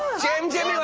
jam jam,